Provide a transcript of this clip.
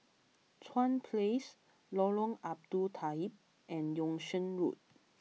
Chuan Place Lorong Abu Talib and Yung Sheng Road